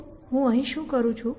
તો હું અહીં શું કરું છું